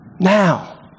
now